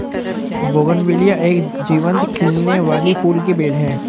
bougainvillea एक जीवंत खिलने वाली फूल की बेल है